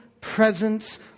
presence